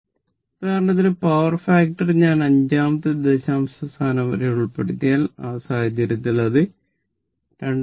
ഉദാഹരണത്തിന് power factor ഞാൻ അഞ്ചാമത്തെ ദശാംശ സ്ഥാനം വരെ ഉൾപ്പെടുത്തിയാൽ ആ സാഹചര്യത്തിൽ അത് 2199